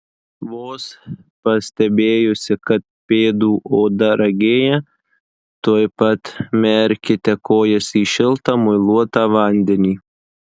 vos pastebėjusi kad pėdų oda ragėja tuoj pat merkite kojas į šiltą muiluotą vandenį